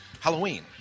Halloween